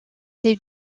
les